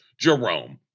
Jerome